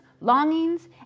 Longings